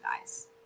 guys